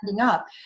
up